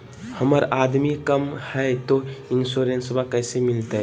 हमर आमदनी कम हय, तो इंसोरेंसबा कैसे मिलते?